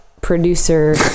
producer